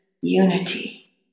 unity